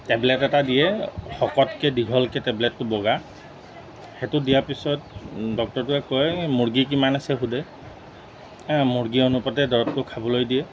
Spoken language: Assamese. টেবলেট এটা দিয়ে শকতকে দীঘলকৈ টেবলেটটো বগা সেইটো দিয়াৰ পিছত ডক্টৰটোৱে কয় মুৰ্গী কিমান আছে সোধে মুৰ্গীৰ অনুপাতে দৰৱটো খাবলৈ দিয়ে